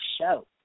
show